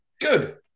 Good